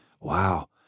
Wow